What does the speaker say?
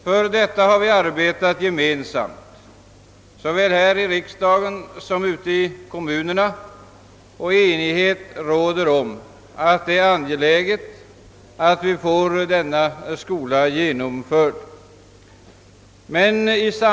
För detta har vi arbetat gemensamt såväl här i riksdagen som ute i kommunerna, och enighet råder om att det är angeläget att denna skola nu blir genomförd.